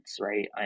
right